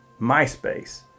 MySpace